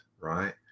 right